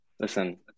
Listen